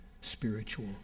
spiritual